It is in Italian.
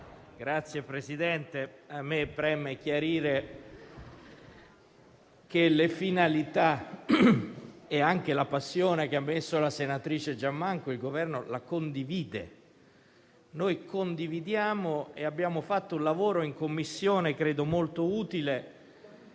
Signor Presidente, mi preme chiarire che le finalità e anche la passione che ha espresso la senatrice Giammanco sono condivise dal Governo. Noi le condividiamo e abbiamo fatto un lavoro in Commissione, credo molto utile,